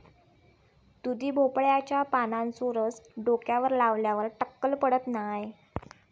दुधी भोपळ्याच्या पानांचो रस डोक्यावर लावल्यार टक्कल पडत नाय